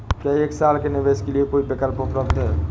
क्या एक साल के निवेश के लिए कोई विकल्प उपलब्ध है?